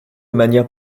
manière